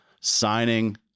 signing